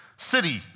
city